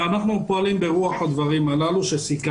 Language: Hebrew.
או שזה